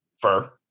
fur